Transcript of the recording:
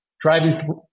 driving